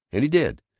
and he did.